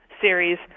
series